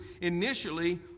initially